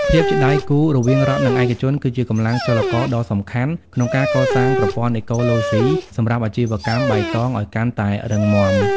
ភាពជាដៃគូរវាងរដ្ឋ និងឯកជន គឺជាកម្លាំងចលករដ៏សំខាន់ក្នុងការកសាងប្រព័ន្ធអេកូឡូស៊ីសម្រាប់អាជីវកម្មបៃតងឱ្យកាន់តែរឹងមាំ។